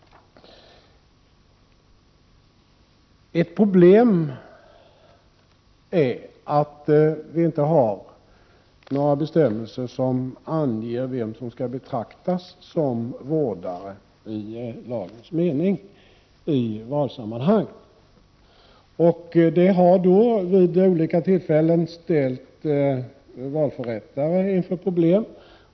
Ett problem är att vi inte har några bestämmelser som anger vem som i lagens mening skall betraktas som vårdare i valsammanhang. Vid olika tillfällen har det ställt valförrättare inför problem.